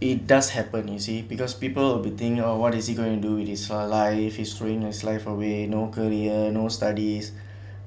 it does happen you see because people will be think oh what is he going to do with his life his throwing his life away no career no studies